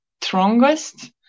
strongest